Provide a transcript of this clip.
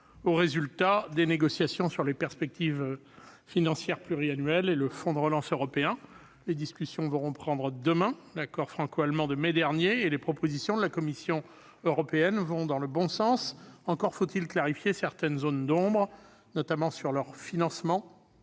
aux résultats des négociations sur les perspectives financières pluriannuelles et sur le fonds de relance européen. Les discussions vont reprendre demain. L'accord franco-allemand de mai dernier et les propositions de la Commission européenne vont dans le bon sens, encore faut-il clarifier certaines zones d'ombre- je pense notamment aux financements